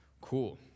Cool